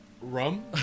rum